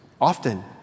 often